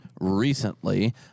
recently